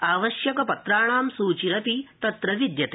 आवश्यकपत्राणां सूचिरपि तत्र विद्यते